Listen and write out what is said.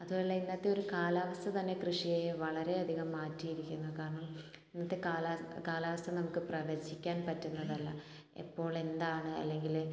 അതും അല്ല ഇന്നത്തെ ഒരു കാലാവസ്ഥ തന്നെ കൃഷിയെ വളരെ അധികം മാറ്റിയിരിക്കുന്നു കാരണം ഇന്നത്തെ കാലാവസ്ഥ കാലാവസ്ഥ നമുക്ക് പ്രവചിക്കാൻ പറ്റുന്നതല്ല എപ്പോൾ എന്താണ് അല്ലെങ്കിൽ